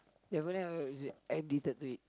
addicted to it